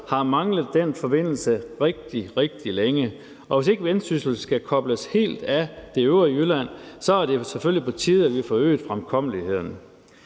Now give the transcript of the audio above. har manglet den forbindelse rigtig, rigtig længe, og hvis ikke Vendsyssel skal kobles helt af det øvrige Jylland, er det jo selvfølgelig på tide, at vi får øget fremkommeligheden.